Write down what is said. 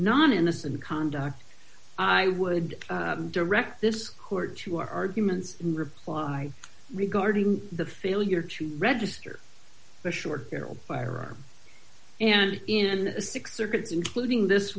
non innocent conduct i would direct this court to arguments in reply regarding the failure to register a short barrel firearm and in six circuits including this